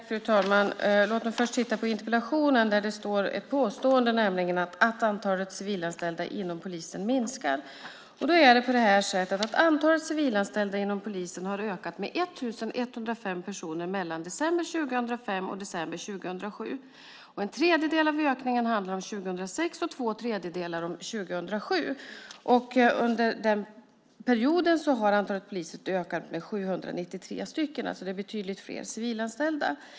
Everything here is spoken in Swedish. Fru talman! Låt mig först ta upp något som sägs i interpellationen, nämligen påståendet att antalet civilanställda minskar. Nu är det så att antalet civilanställda inom polisen ökade med 1 105 personer mellan december 2005 och december 2007. En tredjedel av ökningen gäller 2006 och två tredjedelar 2007. Antalet poliser under den perioden ökade med 793. Antalet civilanställda som ökade var alltså betydligt större.